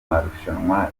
marushanwa